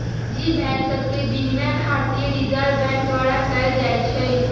निजी बैंक सभके विनियमन भारतीय रिजर्व बैंक द्वारा कएल जाइ छइ